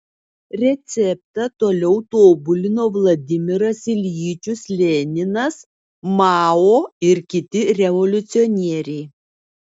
receptą toliau tobulino vladimiras iljičius leninas mao ir kiti revoliucionieriai